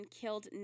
killed